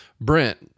Brent